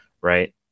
right